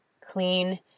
clean